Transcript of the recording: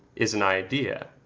is an idea.